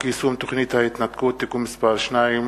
יישום תוכנית ההתנתקות (תיקון מס' 2),